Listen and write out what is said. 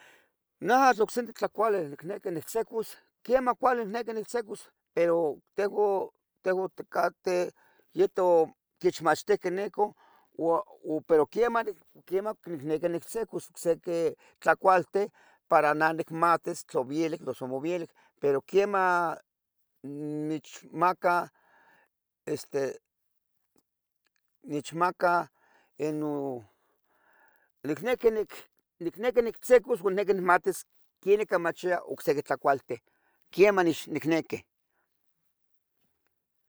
Neatl ocsiqui tlacuali nicniqui nictzicos quemah cuali, nicniqui nictzicos, pero tehuan ticateh yito tlen techmachtihqueh nicon uo, pero quemah nicniqui nictzicos ocsiqui tlacualten para nah nicmatis tla vielic, noso amo vielic, pero quemah nichmaca este inon Nicnequi nictzicos, nicniqui nicmatis quenih machia ocsiqui tlacualten, quemah nicnequi.